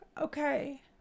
Okay